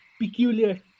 peculiar